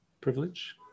Privilege